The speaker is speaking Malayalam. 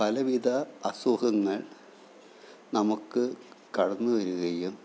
പലവിധ അസുഖങ്ങൾ നമുക്ക് കടന്നുവരികയും